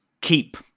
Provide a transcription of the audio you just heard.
keep